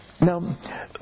Now